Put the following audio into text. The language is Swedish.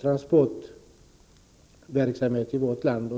transportverksamhet i vårt land.